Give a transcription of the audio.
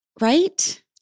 right